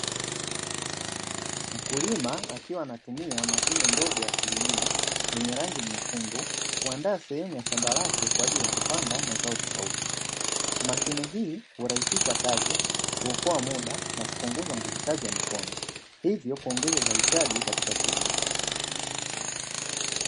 Mkulima akiwa anatumia mashine ndogo ya kulimia yenye rangi nyekundu kuandaa sehemu ya shamba lake kwa ajili ya kupanda mazao tofauti. Mashine hii hurahisisha kazi, kuokoa muda na kupunguza nguvu kazi ya mikono; hivyo kuongeza uzalishaji katika kilimo.